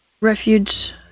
Refuge